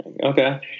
Okay